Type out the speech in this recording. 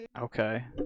Okay